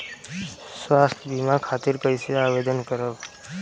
स्वास्थ्य बीमा खातिर कईसे आवेदन करम?